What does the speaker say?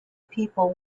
people